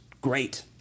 great